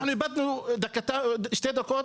אנחנו איבדנו שתי דקות,